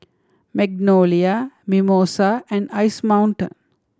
Magnolia Mimosa and Ice Mountain